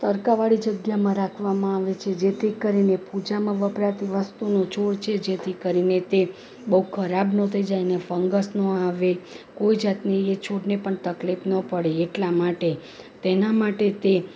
તડકાવાળી જગ્યામાં રાખવામાં આવે છે જેથી કરીને પૂજામાં વપરાતી વસ્તુનું છોડ છે જેથી કરીને તે બહુ ખરાબ ન થઈ જાય એને ફંગસ ન આવે કોઈ જાતની એ છોડને પણ તકલીફ ન પડે એટલા માટે તેના માટે તે